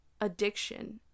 addiction